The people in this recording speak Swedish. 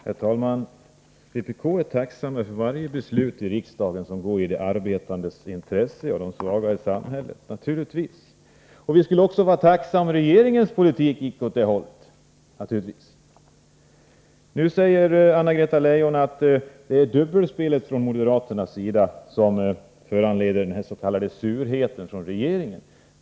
Herr talman! Vpk är naturligtvis tacksamt för varje beslut i riksdagen som är i de arbetandes intresse och som gynnar de svaga i samhället. Vi skulle givetvis också vara tacksamma om regeringens politik gick åt det hållet. Nu säger Anna-Greta Leijon att det är dubbelspelet från moderaternas sida som föranleder den s.k. surheten från regeringen.